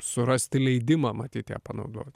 surasti leidimą matyt ją panaudot